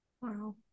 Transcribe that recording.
Wow